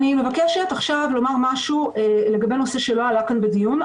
אני מבקשת עכשיו לומר משהו לגבי נושא שלא עלה כאן בדיון,